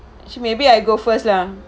so maybe I go first lah